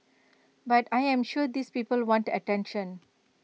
but I am sure these people want attention